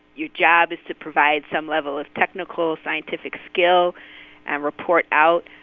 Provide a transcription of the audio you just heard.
your job is to provide some level of technical scientific skill and report out,